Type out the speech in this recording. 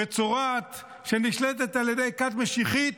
מצורעת, שנשלטת על ידי כת משיחית,